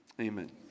amen